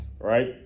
right